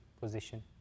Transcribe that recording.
position